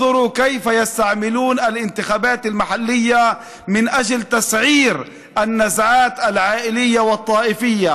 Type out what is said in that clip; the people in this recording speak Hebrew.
ראו כיצד משתמשים בבחירות המקומיות כדי ללבות סכסוכים משפחתיים ועדתיים.